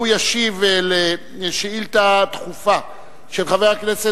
הוא ישיב על שאילתא דחופה של חבר הכנסת